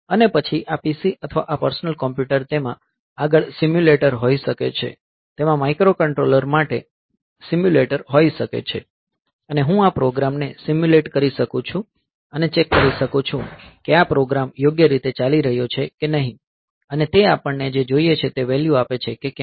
અને પછી આ PC અથવા આ પર્સનલ કોમ્પ્યુટર તેમાં આગળ સિમ્યુલેટર હોઈ શકે છે તેમાં માઇક્રોકન્ટ્રોલર માટે સિમ્યુલેટર હોઈ શકે છે અને હું આ પ્રોગ્રામને સિમ્યુલેટ કરી શકું છું અને ચેક કરી શકું છું કે આ પ્રોગ્રામ યોગ્ય રીતે ચાલી રહ્યો છે કે નહીં અને તે આપણને જે જોઈએ છે તે વેલ્યૂ આપે છે કે કેમ